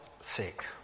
sick